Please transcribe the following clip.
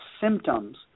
symptoms